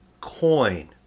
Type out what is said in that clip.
coin